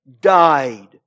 died